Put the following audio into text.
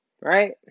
right